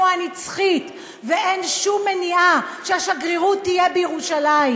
הנצחית ואין שום מניעה שהשגרירות תהיה בירושלים.